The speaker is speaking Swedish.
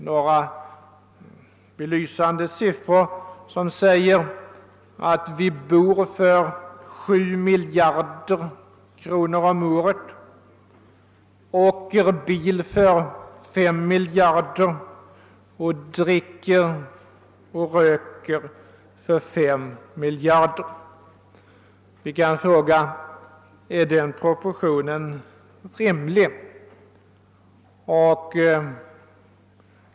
Några belysande siffror visar att vi bor för 7 miljarder kronor om året, åker bil för 5 miljarder samt dricker och röker för 5 miljarder kronor. Vi kan fråga: är den proportionen rimlig?